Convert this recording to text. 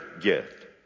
gift